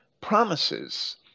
promises